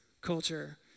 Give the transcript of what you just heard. culture